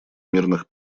мирных